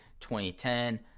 2010